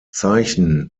zeichen